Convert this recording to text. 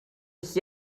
ich